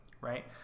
right